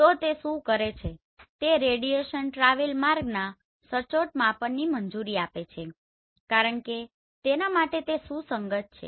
તો તે શું કરે છે તે રેડિયેશન ટ્રાવેલ માર્ગના સચોટ માપનની મંજૂરી આપે છે કારણ કે તેના માટે તે સુસંગત છે